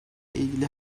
ilgili